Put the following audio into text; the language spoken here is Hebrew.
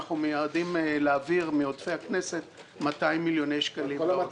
אנחנו מייעדים להעביר מעודפי הכנסת 200 מיליוני שקלים לאוצר.